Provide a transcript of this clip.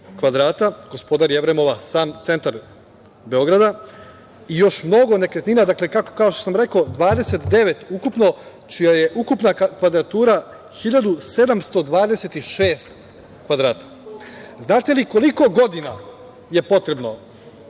kvadrata. Gospodar Jevremova, sam centar Beograda, i još mnogo nekretnina, kao što sam rekao, 29 ukupno čija je ukupna kvadratura 1.726 kvadrata. Znate li koliko godina je potrebno